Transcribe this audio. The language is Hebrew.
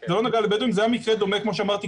זה היה מקרה דומה כמו שאמרתי,